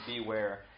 beware